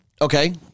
Okay